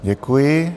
Děkuji.